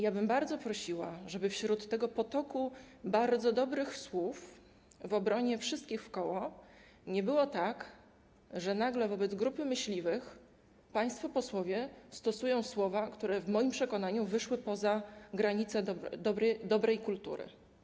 Ja bym bardzo prosiła, żeby wśród tego potoku bardzo dobrych słów w obronie wszystkich wkoło nie było tak, że nagle wobec grupy myśliwych państwo posłowie używają słów, które w moim przekonaniu wyszły poza granice dobrej kultury.